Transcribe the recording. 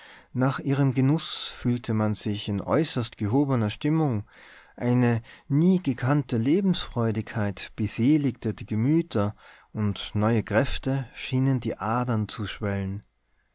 nach ihrem genuß fühlte man sich in äußerst gehobener stimmung eine niegekannte lebensfreudigkeit beseligte die gemüter und neue kräfte schienen die adern zu schwellen